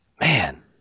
Man